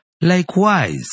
Likewise